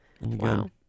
Wow